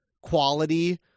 quality